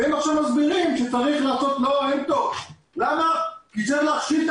והם עכשיו מסבירים שאין פטור כי צריך להכשיל את